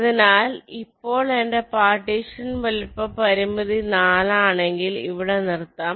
അതിനാൽ ഇപ്പോൾ എന്റെ പാർട്ടീഷൻ വലുപ്പ പരിമിതി 4 ആണെങ്കിൽ ഇവിടെ നിർത്താം